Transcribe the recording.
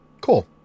cool